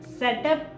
setup